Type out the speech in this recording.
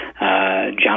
John